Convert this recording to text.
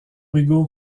hugo